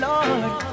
Lord